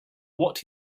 what